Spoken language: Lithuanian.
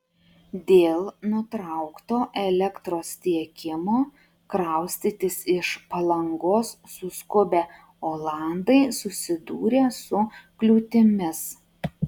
dėl nutraukto elektros tiekimo kraustytis iš palangos suskubę olandai susidūrė su kliūtimis